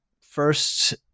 first